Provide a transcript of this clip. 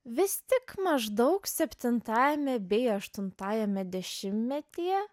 vis tik maždaug septintajame bei aštuntajame dešimtmetyje